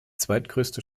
zweitgrößte